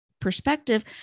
perspective